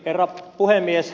herra puhemies